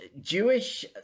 Jewish